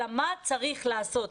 אלא מה צריך לעשות,